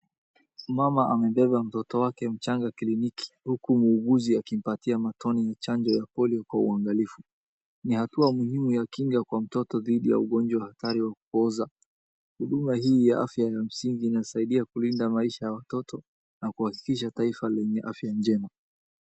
Mama amebeba mtoto wake mchanga kliniki huku muuguzi akimpatia matone ya chanjo ya polio kwa uangarifu. Ni hatua mhimu ya kinga kwa mtoto dhidi ya ugonjwa hatari wa kupooza. Huduma hii ya afya ni ya msingi inasaaidia kulinda watoto na kuhakikisha taifa lenye afya njema.